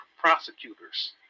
prosecutors